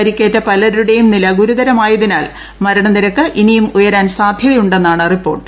പരിക്കേറ്റ പലരുടെയും നില ഗുരുതരമായതിനാൽ മരണനിരക്ക് ഇനിയും ഉയരാൻ സാദ്ധ്യതയുണ്ടെന്നാണ് റിപ്പോർട്ട്